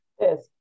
Yes